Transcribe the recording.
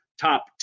top